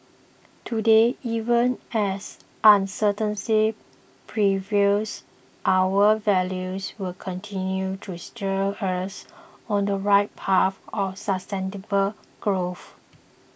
today even as uncertainty prevails our values will continue to steer us on the right path of sustainable growth